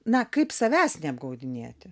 na kaip savęs neapgaudinėti